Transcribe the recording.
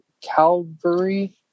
Calvary